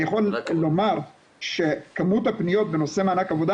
אני יכול לומר שכמות הפניות בנושא מענק עבודה